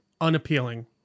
unappealing